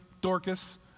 Dorcas